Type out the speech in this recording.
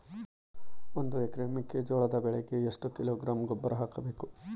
ಒಂದು ಎಕರೆ ಮೆಕ್ಕೆಜೋಳದ ಬೆಳೆಗೆ ಎಷ್ಟು ಕಿಲೋಗ್ರಾಂ ಗೊಬ್ಬರ ಹಾಕಬೇಕು?